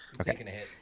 Okay